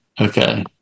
Okay